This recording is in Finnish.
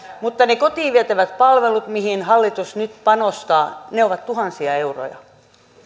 mutta ne kotiin vietävät palvelut joihin hallitus nyt panostaa ovat tuhansia euroja